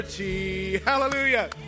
Hallelujah